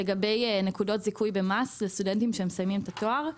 לגבי נקודות זיכוי במס לסטודנטים שמסיימים את התואר.